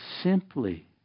simply